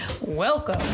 Welcome